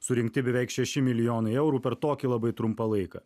surinkti beveik šeši milijonai eurų per tokį labai trumpą laiką